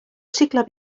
cicle